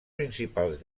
principals